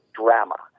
drama